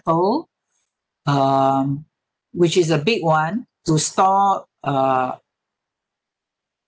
um which is a big [one] to store uh